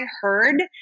heard